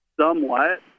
somewhat